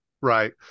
Right